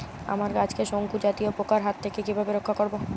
আমার গাছকে শঙ্কু জাতীয় পোকার হাত থেকে কিভাবে রক্ষা করব?